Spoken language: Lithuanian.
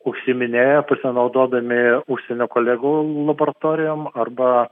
užsiiminėja pasinaudodami užsienio kolegų laboratorijom arba